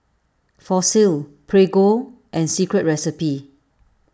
Fossil Prego and Secret Recipe